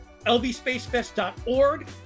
LVSpaceFest.org